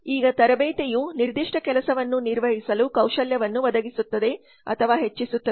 ಈಗ ತರಬೇತಿಯು ನಿರ್ದಿಷ್ಟ ಕೆಲಸವನ್ನು ನಿರ್ವಹಿಸಲು ಕೌಶಲ್ಯವನ್ನು ಒದಗಿಸುತ್ತದೆ ಅಥವಾ ಹೆಚ್ಚಿಸುತ್ತದೆ